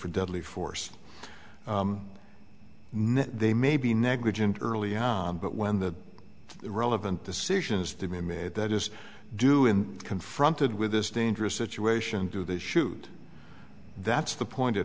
for deadly force no they may be negligent early on but when the relevant decision is to be made that is due in confronted with this dangerous situation do they shoot that's the point at